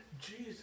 Jesus